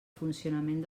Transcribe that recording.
funcionament